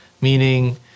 Meaning